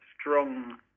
strong